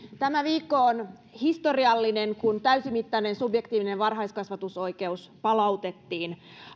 tämä viikko on historiallinen kun täysimittainen subjektiivinen varhaiskasvatusoikeus palautettiin